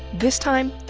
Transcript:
this time,